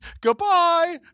goodbye